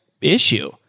issue